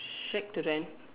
shack to rent